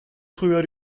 früher